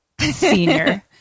Senior